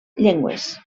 llengües